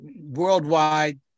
worldwide